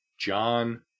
John